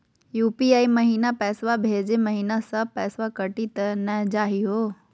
UPI महिना पैसवा भेजै महिना सब पैसवा कटी त नै जाही हो?